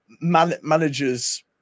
Manager's